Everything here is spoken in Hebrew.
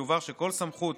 ויובהר שכל סמכות